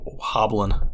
hobbling